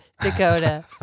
Dakota